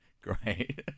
Great